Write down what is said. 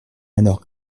malheur